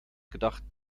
gedacht